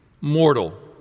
Mortal